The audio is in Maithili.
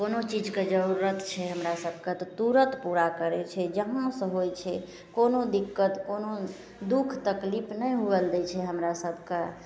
कोनो चीजके जरूरत छै हमरासभके तऽ तुरन्त पूरा करै छै जहाँसे होइ छै कोनो दिक्कत कोनो दुख तकलीफ नहि होइले दै छै हमरासभके